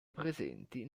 presenti